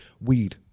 Weed